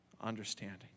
understanding